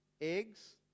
eggs